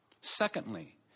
Secondly